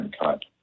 cut